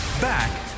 Back